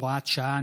הוראת שעה,